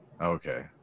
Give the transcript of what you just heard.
Okay